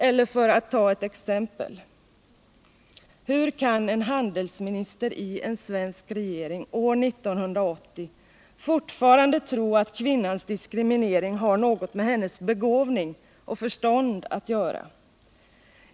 Eller för att ta ett exempel: Hur kan en handelsminister i en svensk regering år 1980 fortfarande tro att kvinnans diskriminering har något med hennes begåvning och förstånd att göra?